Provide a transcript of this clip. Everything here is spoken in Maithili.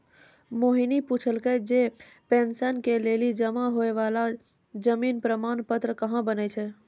मोहिनी पुछलकै जे पेंशन के लेली जमा होय बाला जीवन प्रमाण पत्र कहाँ बनै छै?